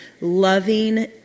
loving